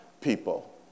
people